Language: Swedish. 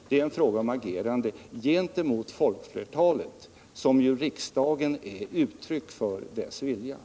Det är en fråga om agerande gentemot folkflertalet för vars vilja riksdagen skall vara uttryck.